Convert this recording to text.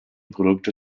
produkte